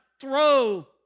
throw